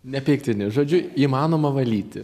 nepeiktini žodžiu įmanoma valyti